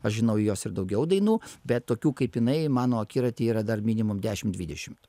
aš žinau jos ir daugiau dainų bet tokių kaip jinai mano akiraty yra dar minimum dešim dvidešimt